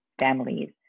families